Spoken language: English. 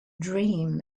dream